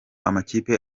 amakipe